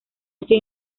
hacia